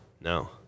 No